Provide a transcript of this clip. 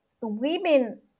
Women